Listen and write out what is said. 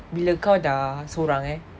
bila kau dah seorang eh